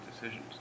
decisions